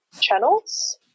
channels